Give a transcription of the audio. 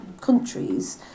countries